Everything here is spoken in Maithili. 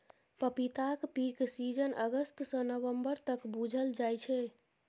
पपीताक पीक सीजन अगस्त सँ नबंबर तक बुझल जाइ छै